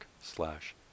slash